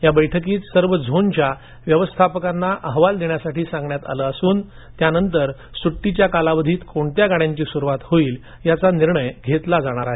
या बैठकीत सर्व झोनच्या महाव्यवस्थापकाना अहवाल देण्यास सांगण्यात आले असून त्यानंतर सुट्टीच्या कालावधीत कोणत्या गाड्यांची सुरूवात होईल याचा निर्णय घेतला जाणार आहे